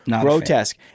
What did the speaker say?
Grotesque